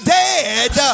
dead